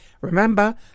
Remember